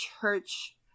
church